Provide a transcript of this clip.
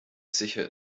sicher